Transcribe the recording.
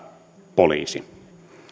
poliisi